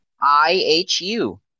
I-H-U